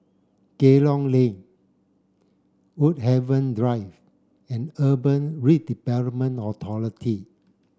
Kerong Lane Woodhaven Drive and Urban Redevelopment Authority